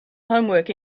homework